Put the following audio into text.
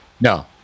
no